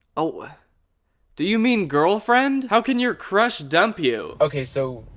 oh ah do you mean girlfriend? how can your crush dump you? okay so,